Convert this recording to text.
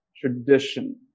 tradition